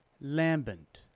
Lambent